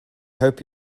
hope